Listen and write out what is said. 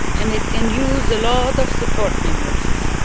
and it can use a lot of support members.